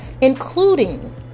including